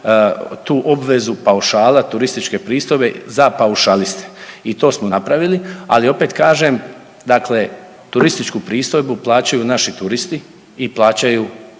tu obvezu paušala turističke pristojbe za paušaliste. I to smo napravili, ali opet kažem turističku pristojbu plaćaju naši turisti i plaćaju